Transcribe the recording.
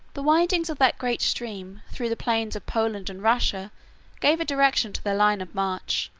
the windings of that great stream through the plains of poland and russia gave a direction to their line of march,